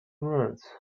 words